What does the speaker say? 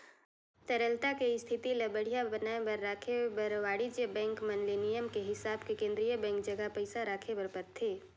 तरलता के इस्थिति ल बड़िहा बनाये बर राखे बर वाणिज्य बेंक मन ले नियम के हिसाब ले केन्द्रीय बेंक जघा पइसा राखे बर परथे